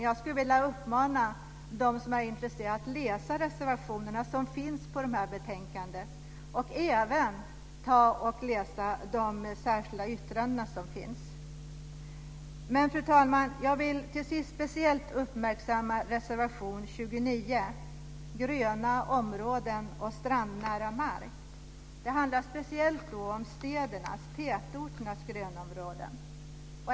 Jag vill dock uppmana de som är intresserade att läsa reservationerna på dessa områden och även de särskilda yttrandena. Fru talman! Till sist vill jag speciellt uppmärksamma reservation 29, Gröna områden och strandnära mark. Det handlar speciellt om städernas och tätorternas grönområden.